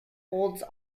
holds